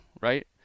right